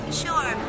sure